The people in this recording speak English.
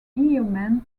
yeoman